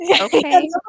okay